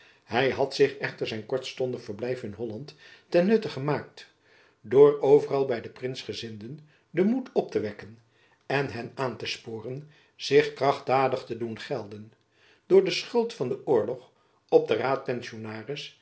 hy had zich echter zijn kortstondig verblijf in holland ten nutte gemaakt door overal by de prinsgezinden den moed op te wekken en hen aan te sporen zich krachtdadig te doen gelden door de schuld van den oorlog op den raadpensionaris